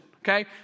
okay